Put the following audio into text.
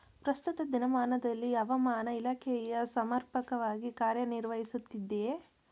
ಪ್ರಸ್ತುತ ದಿನಮಾನದಲ್ಲಿ ಹವಾಮಾನ ಇಲಾಖೆಯು ಸಮರ್ಪಕವಾಗಿ ಕಾರ್ಯ ನಿರ್ವಹಿಸುತ್ತಿದೆಯೇ?